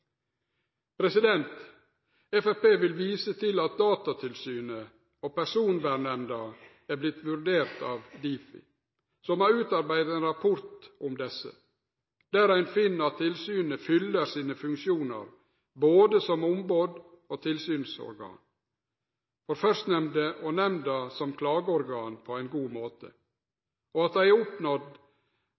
vil vise til at Datatilsynet og Personvernnemnda har vorte vurderte av Difi, som har utarbeidd ein rapport om desse, der ein finn at tilsynet fyller sine funksjonar som både ombod og tilsynsorgan for førstnemnde og nemnda som klageorgan på ein god måte, og at dette har dei oppnådd